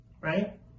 Right